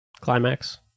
Climax